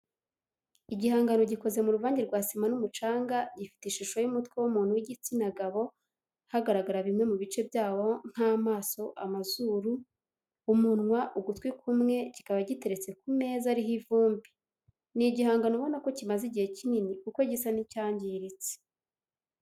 Igihangano gikoze mu ruvange rwa sima n'umucanga gifite ishusho y'umutwe w'umuntu w'igitsina gabo hagaragara bimwe mu bice byawo nk'amaso amazuru, umunwa ugutwi kumwe kikaba giteretse ku meza ariho ivumbi ni igihangano ubona ko kimaze igihe kinini kuko gisa n'icyangiritse